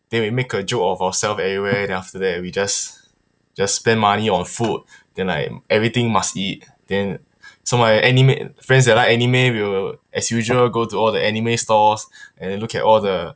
then we make a joke of ourselves everywhere then after that we just just spend money on food then like everything must eat then so my anime friends that like anime will as usual go to all the anime stores and then look at all the